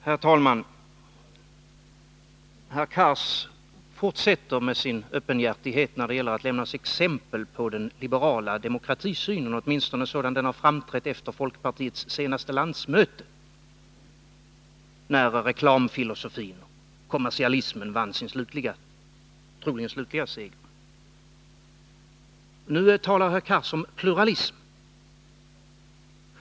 Herr talman! Herr Cars fortsätter att vara öppenhjärtig när det gäller att lämna exempel på den liberala demokratisynen, åtminstone sådan som den har framträtt efter folkpartiets senaste landsmöte, då reklamfilosofin, kommersialismen, troligen vann sin slutliga seger. Nu talar herr Cars om pluralism.